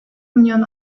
milyon